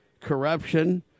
corruption